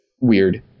weird